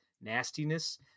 nastiness